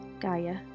Gaia